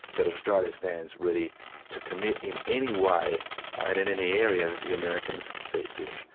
that australia stands ready to commit in any way and in any area that the americans see fit.